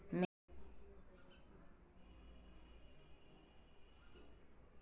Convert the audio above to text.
मेस एकटा पितरिया सोन रंगक मसल्ला केर प्रजाति छै